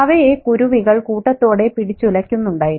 അവയെ കുരുവികൾ കൂട്ടത്തോടെ പിടിച്ചുലക്കുന്നുണ്ടായിരുന്നു